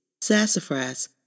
Sassafras